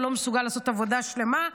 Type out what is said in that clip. הוא לא מסוגל לעשות עבודה שלמה.